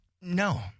no